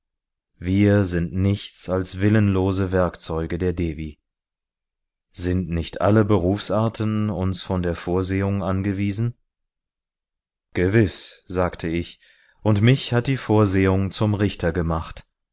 wir sind nichts als willenlose werkzeuge der devi sind nicht alle berufsarten uns von der vorsehung angewiesen gewiß sagte ich und mich hat die vorsehung zum richter gemacht